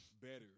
better